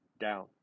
down